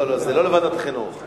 לא לא, זה לא לוועדת החינוך.